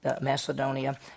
Macedonia